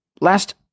last